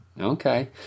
Okay